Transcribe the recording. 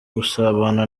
gusabana